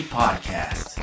podcast